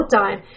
time